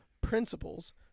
principles